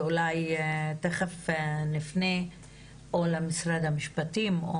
ואולי תיכף נפנה או למשרד המשפטים.